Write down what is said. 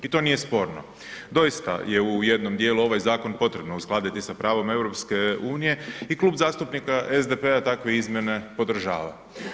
I to nije sporno, doista je u jednom dijelu ovaj zakon potrebno uskladiti sa pravom EU i Klub zastupnika SDP-a takve izmjene podržava.